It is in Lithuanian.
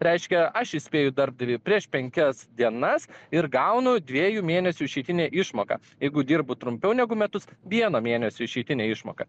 reiškia aš įspėju darbdavį prieš penkias dienas ir gaunu dviejų mėnesių išeitinę išmoką jeigu dirbu trumpiau negu metus vieno mėnesio išeitinę išmoką